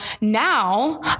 now